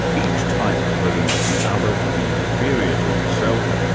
each type believes the other to be inferior to itself,